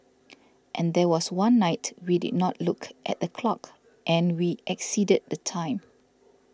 and there was one night we did not look at the clock and we exceeded the time